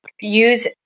use